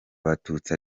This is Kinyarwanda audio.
abatutsi